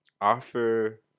offer